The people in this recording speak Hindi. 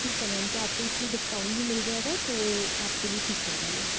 ठीक है मैम तो आपको इसमें डिस्काउंट भी मिल जाएगा तो आपके लिए ठीक रहेगा वह